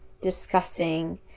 discussing